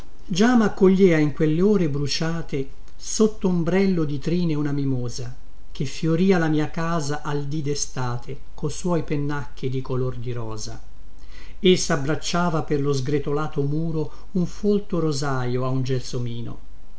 bambini già maccoglieva in quelle ore bruciate sotto ombrello di trine una mimosa che fioria la mia casa ai dì destate co suoi pennacchi di color di rosa e sabbracciava per lo sgretolato muro un folto rosaio a un gelsomino